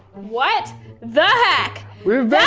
what the heck? we've